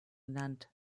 genannt